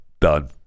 done